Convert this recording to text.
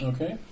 Okay